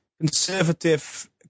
conservative